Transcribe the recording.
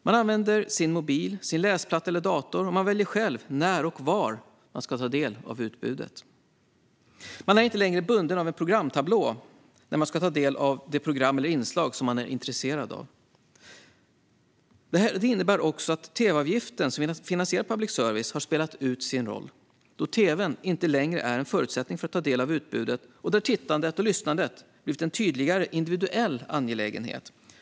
Man använder mobil, läsplatta eller dator och väljer själv när och var man ska ta del av utbudet. Man är inte längre bunden av en programtablå när man ska ta del av det program eller inslag som man är intresserad av. Detta innebär också att tv-avgiften som finansierar public service har spelat ut sin roll eftersom tv:n inte längre är en förutsättning för att ta del av utbudet.